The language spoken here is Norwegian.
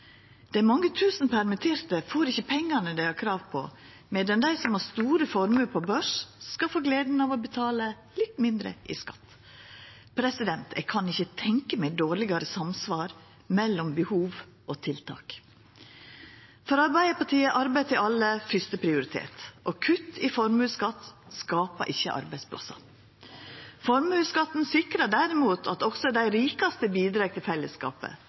Dei mange tusen permitterte får ikkje pengane dei har krav på, medan dei som har store formuar på børs, skal få gleda av å betala litt mindre i skatt. Eg kan ikkje tenkja meg dårlegare samsvar mellom behov og tiltak. For Arbeidarpartiet er arbeid til alle fyrsteprioritet, og kutt i formuesskatt skapar ikkje arbeidsplassar. Formuesskatten sikrar derimot at også dei rikaste bidreg til fellesskapet,